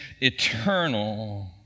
Eternal